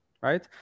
right